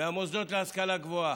המוסדות להשכלה גבוהה,